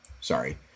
sorry